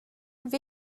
will